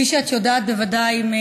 כפי שאת יודעת בוודאי,